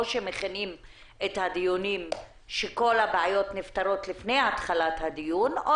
או שדואגים שכל הבעיות ייפתרו לפני התחלת הדיון או